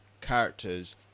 characters